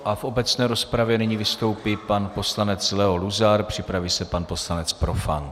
V obecné rozpravě nyní vystoupí pan poslanec Leo Luzar, připraví se pan poslanec Profant.